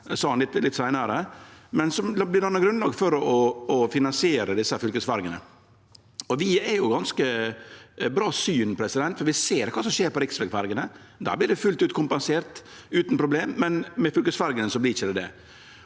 som dannar grunnlaget for å finansiere desse fylkesferjene. Vi har ganske bra syn, og vi ser kva som skjer på riksvegferjene. Der vert det fullt ut kompensert utan problem, men med fylkesferjene vert det ikkje det.